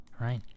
right